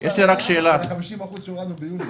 50% שולם ביוני.